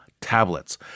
tablets